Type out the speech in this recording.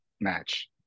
match